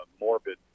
morbid